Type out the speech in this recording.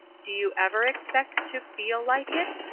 do you ever expect to feel like it?